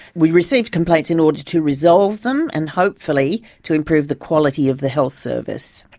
we receive complaints in order to resolve them and hopefully to improve the quality of the health service.